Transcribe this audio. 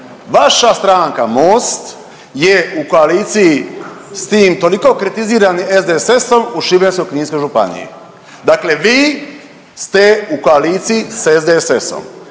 Vaša stranka Most je u koaliciji s tim toliko kritiziranim SDSS-om u Šibensko-kninskoj županiji. Dakle vi ste u koaliciji s SDSS-om